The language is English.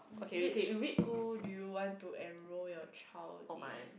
which school do you want to enroll your child in